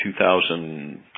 2000